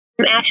Ashley